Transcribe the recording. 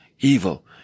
evil